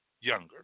younger